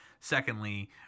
Secondly